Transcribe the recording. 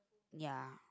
ya